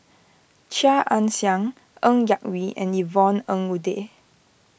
Chia Ann Siang Ng Yak Whee and Yvonne Ng Uhde